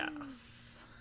Yes